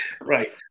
right